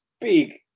big